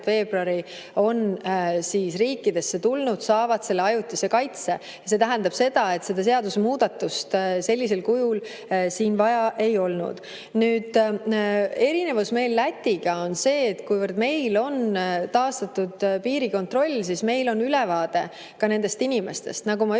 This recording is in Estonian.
veebruari on riikidesse tulnud, saavad ajutise kaitse ja see tähendab seda, et seda seadusemuudatust sellisel kujul siin vaja ei olnud. Nüüd, erinevus meil Lätiga on see, et kuivõrd meil on taastatud piirikontroll, siis meil on ülevaade ka nendest inimestest. Nagu ma ütlesin,